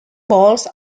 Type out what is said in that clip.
balls